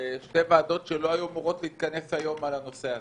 שתי ועדות שלא היו אמורות להתכנס היום על הנושא הזה.